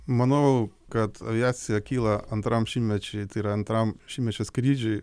manau kad aviacija kyla antram šimtmečiui tai yra antram šimtmečio skrydžiui